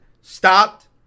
stopped